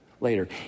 later